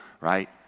right